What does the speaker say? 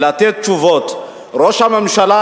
ראש הממשלה,